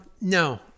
no